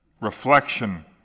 reflection